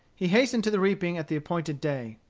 he hastened to the reaping at the appointed day.